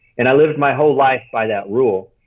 and i lived my whole life by that rule.